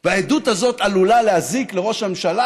והעדות הזאת עלולה להזיק לראש הממשלה,